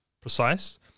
precise